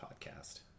podcast